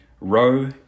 row